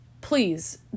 please